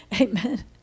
Amen